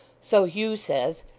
so hugh says.